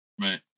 Right